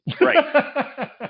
Right